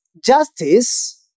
justice